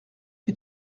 que